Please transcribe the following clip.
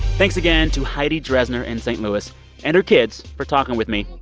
thanks again to heidi dresner in st. louis and her kids for talking with me,